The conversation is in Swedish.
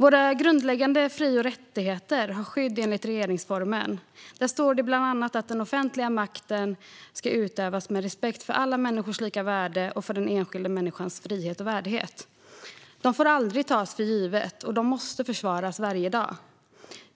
Våra grundläggande fri och rättigheter har skydd enligt regeringsformen. Där står det bland annat att den offentliga makten ska utövas med respekt för alla människors lika värde och för den enskilda människans frihet och värdighet. Dessa rättigheter får aldrig tas för givna utan måste försvaras varje dag.